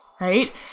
Right